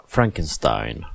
Frankenstein